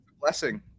blessing